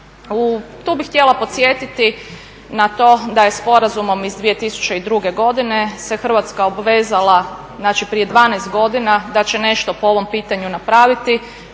Tu bih htjela podsjetiti na to da je sporazumom iz 2002. godine se Hrvatska obvezala, znači prije 12 godina da će nešto po ovom pitanju napraviti,